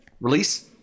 release